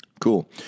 Cool